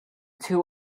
two